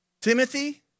Timothy